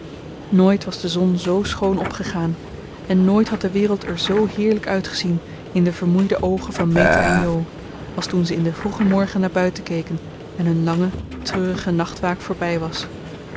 nooit was de zon zoo schoon opgegaan en nooit had de wereld er zoo heerlijk uitgezien in de vermoeide oogen van meta en jo als toen ze in den vroegen morgen naar buiten keken en hun lange treurige nachtwaak voorbij was